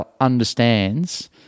understands